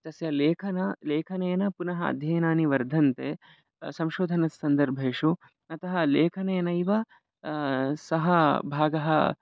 तस्य लेखनं लेखनेन पुनः अध्ययनानि वर्धन्ते संशोधनसन्दर्भेषु अतः लेखनेनैव सहभागः